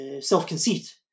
Self-conceit